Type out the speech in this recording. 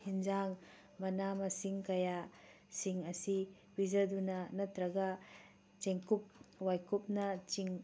ꯌꯦꯟꯁꯥꯡ ꯃꯅꯥ ꯃꯁꯤꯡ ꯀꯌꯥꯁꯤꯡ ꯑꯁꯤ ꯄꯤꯖꯗꯨꯅ ꯅꯠꯇ꯭ꯔꯒ ꯆꯦꯡꯀꯨꯞ ꯋꯥꯏꯀꯨꯞꯅ